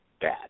bad